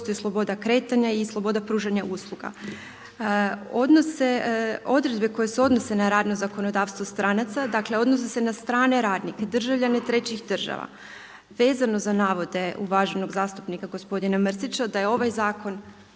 sloboda kretanja i sloboda pružanja usluga. Odredbe koje se odnose na radno zakonodavstvo stranaca, dakle odnose se na strane radnike, državljane trećih država. Vezano za navode uvaženog zastupnika gospodina Mrsića da je ovaj zakon